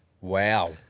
Wow